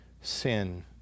sin